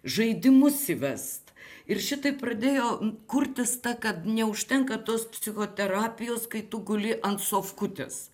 žaidimus įvest ir šitaip pradėjo kurtis ta kad neužtenka tos psichoterapijos kai tu guli ant sofkutės